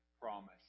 promise